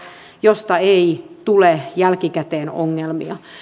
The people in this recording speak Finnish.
josta ei tule jälkikäteen ongelmia